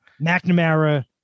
McNamara